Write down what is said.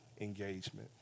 engagement